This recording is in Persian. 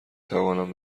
توانم